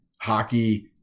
hockey